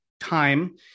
Time